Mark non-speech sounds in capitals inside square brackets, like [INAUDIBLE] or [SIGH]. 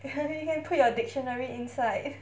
[LAUGHS] you can put your dictionary inside